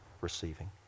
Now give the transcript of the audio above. receiving